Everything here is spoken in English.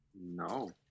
No